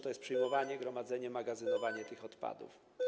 To jest przyjmowanie, gromadzenie, magazynowanie tych odpadów.